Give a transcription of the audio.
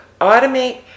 automate